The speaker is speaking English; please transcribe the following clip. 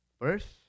first